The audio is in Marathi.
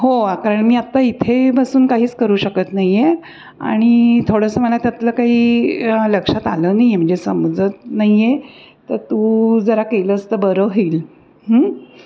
हो कारण मी आत्ता इथे बसून काहीच करू शकत नाही आहे आणि थोडंसं मला त्यातलं काही लक्षात आलं नाही आहे म्हणजे समजत नाही आहे तर तू जरा केलंस तर बरं होईल